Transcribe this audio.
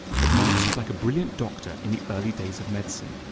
but marx was like a brilliant doctor in the early days of medicine.